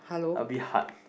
a bit hard